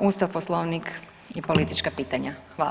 Ustav, Poslovnik i politička pitanja.